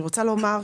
אני רוצה לומר,